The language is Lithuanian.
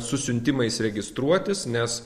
su siuntimais registruotis nes